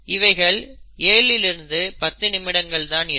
இவைகள் 7 இல் இருந்து 10 நிமிடங்கள் தான் இருக்கும்